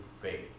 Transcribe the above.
faith